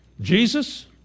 Jesus